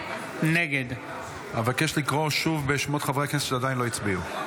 נגד אבקש לקרוא שוב בשמות חברי הכנסת שעדיין לא הצביעו.